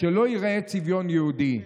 שלא ייראה צביון יהודי?